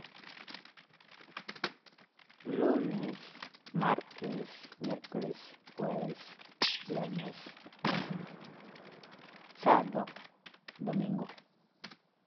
Lúne̱s, márte̱s, miéku̱le̱s, juébe̱s, biérne̱s, tsáa̱do̱, domíngo̱.